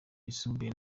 yisumbuye